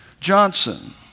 Johnson